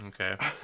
Okay